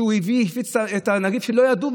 והוא הפיץ את הנגיף כשלא ידעו.